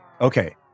Okay